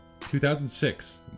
2006